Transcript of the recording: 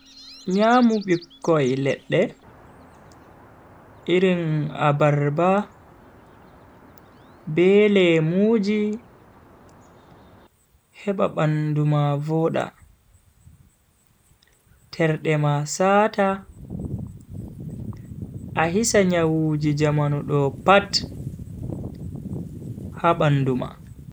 Nyamu bikkoi ledda irin abarba be lemuji heba bandu ma voda, terde ma saata, a hisa nyawuuji jamanu do pat ha bandu ma.